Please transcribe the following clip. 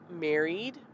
married